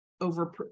over